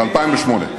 ב-2008.